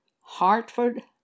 Hartford